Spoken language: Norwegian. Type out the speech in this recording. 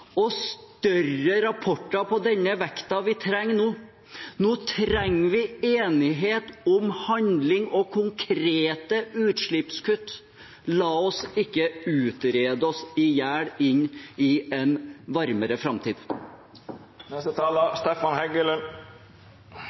og større rapporter med denne vekten vi trenger nå. Nå trenger vi enighet om handling og konkrete utslippskutt. La oss ikke utrede oss i hjel inn i en varmere framtid.